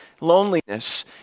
loneliness